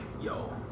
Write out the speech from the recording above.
yo